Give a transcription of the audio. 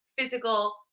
physical